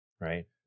right